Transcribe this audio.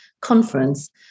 conference